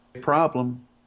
problem